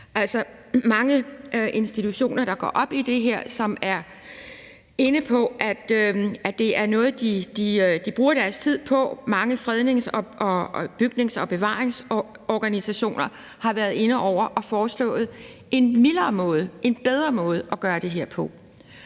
det her at gøre og går op i det, som er inde på, at det er noget, de bruger deres tid på. Mange frednings-, bygnings- og bevaringsorganisationer har været inde over og foreslået en mildere måde, en bedre måde, at gøre det her på.